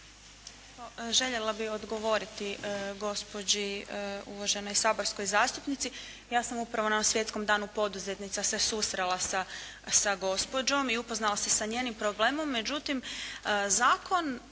Željela bih odgovoriti gospođi uvaženoj saborskoj zastupnici. Ja sam upravo na ovom Svjetskom danu poduzetnica se susrela sa gospođom i upoznala se sa njenim problemom.